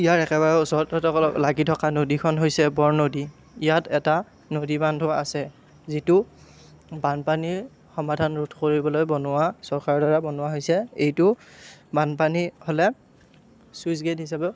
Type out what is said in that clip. ইয়াৰ একেবাৰে ওচৰত লাগি থকা নদীখন হৈছে বৰনদী ইয়াত এটা নদীবান্ধো আছে যিটো বানপানীৰ সমাধান ৰোধ কৰিবলৈ বনোৱা চৰকাৰৰ দ্বাৰা বনোৱা হৈছে এইটো বানপানী হ'লে চুইটছ্ গেট হিচাপে